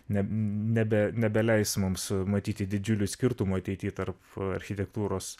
ne nebe nebeleis mums matyti didžiulių skirtumų ateity tarp architektūros